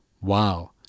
Wow